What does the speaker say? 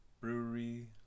Brewery